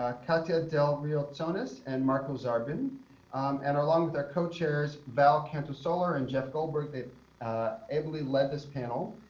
um katia del rio tsonis and marco zarbin and along with their co-chairs val canto-soler and jeff goldberg, they've ably led this panel.